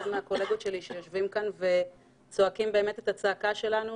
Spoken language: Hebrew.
מהקולגות שלי שיושבים כאן וצועקים את הצעקה שלנו.